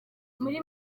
muri